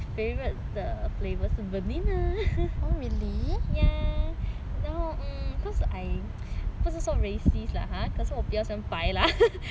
ya now mm 不是说 racist lah 可是我比较喜欢白 lah 就 vanilla ya okay